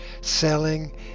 Selling